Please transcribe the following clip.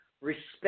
respect